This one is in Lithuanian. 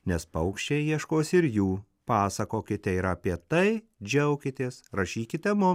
nes paukščiai ieškosi ir jų pasakokite ir apie tai džiaukitės rašykite mums